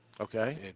Okay